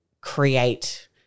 create